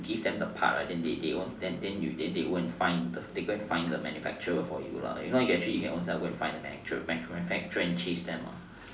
you give them the part right then then they they go and find the manufacturer they go and find the manufacturer for you lah if not actually you can ownself go and find the manufacturer and change them lah